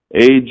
age